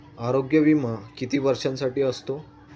आरोग्य विमा किती वर्षांसाठी असतो?